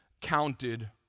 counted